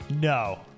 No